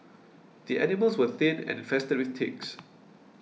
the animals were thin and infested with ticks